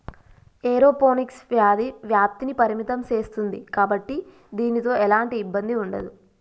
aeroponics వ్యాధి వ్యాప్తిని పరిమితం సేస్తుంది కాబట్టి దీనితో ఎలాంటి ఇబ్బంది ఉండదు